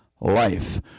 life